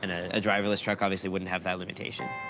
and ah a driverless truck obviously wouldn't have that limitation.